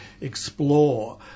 explore